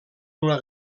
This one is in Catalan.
una